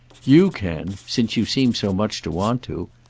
you can since you seem so much to want to.